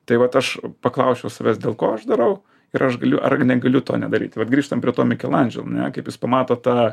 tai vat aš paklausiau savęs dėl ko aš darau ir aš galiu ar negaliu to nedaryti vat grįžtam prie to mikelandželo kaip jis pamato tą